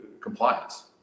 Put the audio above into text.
compliance